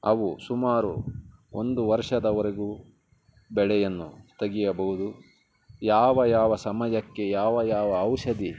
ಅವು ಸುಮಾರು ಒಂದು ವರ್ಷದವರೆಗೂ ಬೆಳೆಯನ್ನು ತೆಗಿಯಬೌದು ಯಾವ ಯಾವ ಸಮಯಕ್ಕೆ ಯಾವ ಯಾವ ಔಷಧಿ